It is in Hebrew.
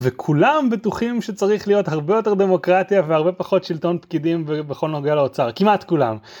וכולם בטוחים שצריך להיות הרבה יותר דמוקרטיה והרבה פחות שלטון פקידים ובכל נוגע לאוצר, כמעט כולם.